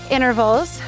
intervals